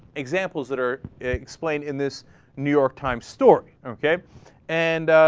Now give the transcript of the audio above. examples that are explain in this new york times store ok and